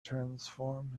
transform